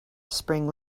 spring